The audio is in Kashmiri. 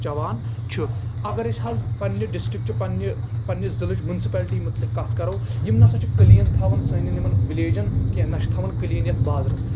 چیٚوان چھِ اَگر أسۍ حظ پَنٕنہِ ڈسٹرک چہِ پَنٕنہِ ضلعٕچ مِنسپلٹی مُتعلِق کَتھ کَرو یِم نہ سا چھِ کٔلیٖن تھاوان سانین یِمن وِلیجن کیٚنٛہہ نہ چھِ تھاوان کٔلیٖن یَتھ بازٕرس